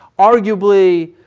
arguably,